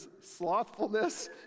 slothfulness